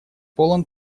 полон